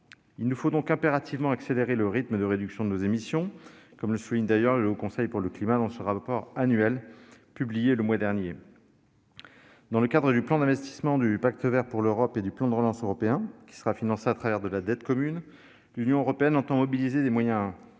Il nous faut donc impérativement accélérer le rythme de réduction de nos émissions, comme le Haut Conseil pour le climat le souligne d'ailleurs dans son rapport annuel publié le mois dernier. Dans le cadre du plan d'investissements du Pacte vert pour l'Europe et du plan de relance européen, qui sera financé par de la dette commune, l'Union européenne entend mobiliser des moyens considérables